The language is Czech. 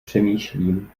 přemýšlím